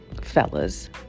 fellas